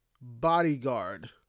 bodyguard